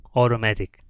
automatic